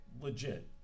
legit